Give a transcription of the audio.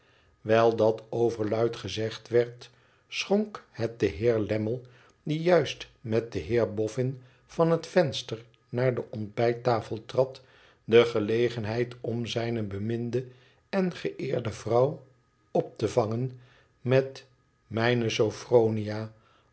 wijl dat o verluid gezegd werd schonk het den heer lammie die juist met den heer bofïin van het venster naar de ontbijttsiel trad de gelegenheid om zijne beminde en geëerde vrouw op te vangen met f mijne sophronia